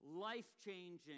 life-changing